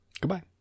goodbye